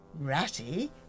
Ratty